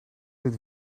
dit